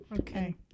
Okay